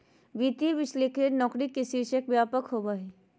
वित्तीय विश्लेषक नौकरी के शीर्षक व्यापक होबा हइ